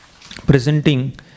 presenting